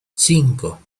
cinco